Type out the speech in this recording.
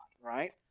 Right